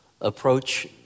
approach